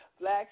Black